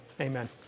amen